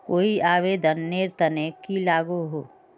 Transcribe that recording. कोई आवेदन नेर तने की लागोहो?